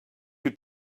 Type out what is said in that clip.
your